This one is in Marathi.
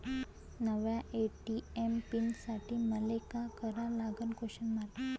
नव्या ए.टी.एम पीन साठी मले का करा लागन?